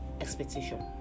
expectation